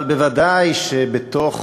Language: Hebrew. אבל בוודאי שבתוך